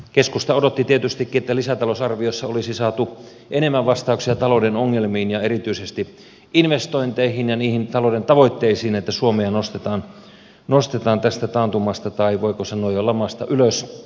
keskusta odotti tietystikin että lisätalousarviossa olisi saatu enemmän vastauksia talouden ongelmiin ja erityisesti investointeihin ja niihin talouden tavoitteisiin että suomea nostetaan tästä taantumasta tai voiko sanoa jo lamasta ylös